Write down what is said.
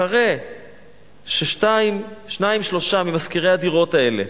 אחרי ששניים-שלושה ממשכירי הדירות האלה